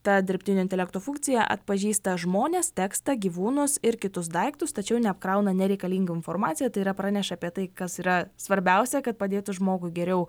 ta dirbtinio intelekto funkcija atpažįsta žmonės tekstą gyvūnus ir kitus daiktus tačiau neapkrauna nereikalinga informacija tai yra praneša apie tai kas yra svarbiausia kad padėtų žmogui geriau